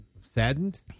saddened